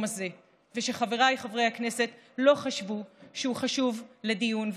הזה ושחבריי חברי הכנסת לא חשבו שהוא חשוב לדיון.